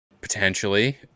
potentially